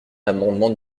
l’amendement